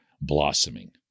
blossoming